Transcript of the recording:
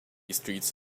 streets